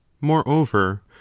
moreover